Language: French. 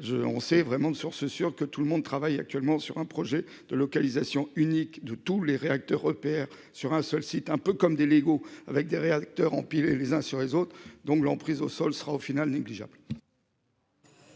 je on s'est vraiment de source sûre que tout le monde travaille actuellement sur un projet de localisation unique de tous les réacteurs EPR sur un seul site, un peu comme des Lego avec des réacteurs empilés les uns sur les autres, donc l'emprise au sol sera au final négligeable.